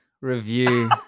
review